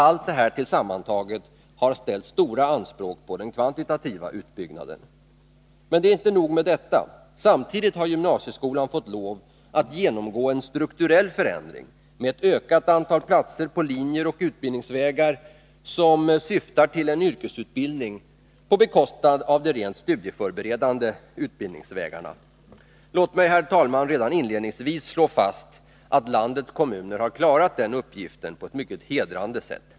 Allt det här sammantaget har ställt stora anspråk på den kvantitativa utbyggnaden. Men inte nog med detta. Samtidigt har gymnasieskolan fått lov att genomgå en strukturell förändring med ett ökat antal platser på linjer och utbildningsvägar som syftar till en yrkesutbildning på bekostnad av de rent studieförberedande utbildningsvägarna. Låt mig, herr talman, redan inledningsvis slå fast att landets kommuner har klarat den uppgiften på ett mycket hedrande sätt.